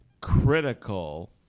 critical